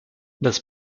das